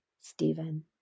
Stephen